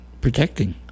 protecting